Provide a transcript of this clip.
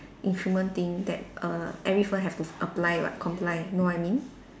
instrument thing that err every firm have to apply what comply know what I mean